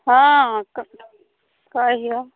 हँ कतऽ छै कहिऔ